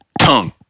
tongue